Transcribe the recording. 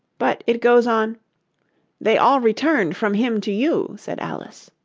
but, it goes on they all returned from him to you, said alice.